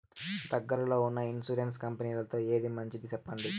దగ్గర లో ఉన్న ఇన్సూరెన్సు కంపెనీలలో ఏది మంచిది? సెప్పండి?